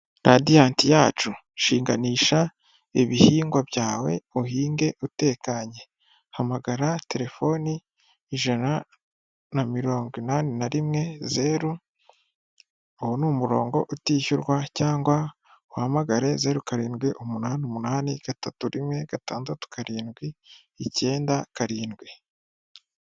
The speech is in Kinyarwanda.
Radiyanti yacu; shinganisha ibihingwa byawe uhinge utekanye. hamagara telefoni ijana na mirongo inani na rimwe zeru , uwo ni umurongo utishyurwa cyangwa uhamagare zeru karindwi umunani umunani gatatu rimwe gatandatu karindwi icyenda karindwi